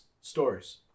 stories